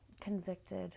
convicted